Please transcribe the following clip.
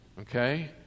okay